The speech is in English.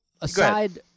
aside